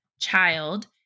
child